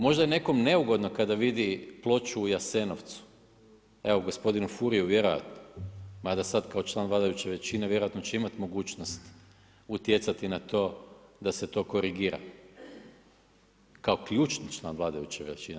Možda je nekom neugodno kada vidi ploču u Jasenovcu, evo gospodinu Furiu vjerojatno, mada sada kao član vladajuće većine vjerojatno će imati mogućnost utjecati na to da se to korigira, kao ključni član vladajuće većine.